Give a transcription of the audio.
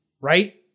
right